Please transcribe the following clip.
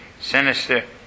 sinister